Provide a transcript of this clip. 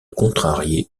contrarié